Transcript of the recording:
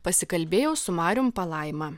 pasikalbėjau su marium palaima